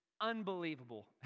unbelievable